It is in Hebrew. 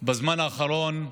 בזמן האחרון: